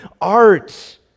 art